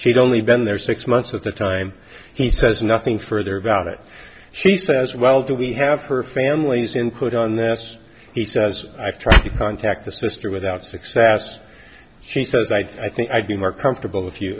she'd only been there six months at the time he says nothing further about it she says well do we have her family's input on this he says i've tried to contact the sister without success she says i think i'd be more comfortable if you